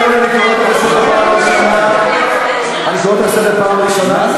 אני קורא אותך לסדר בפעם הראשונה.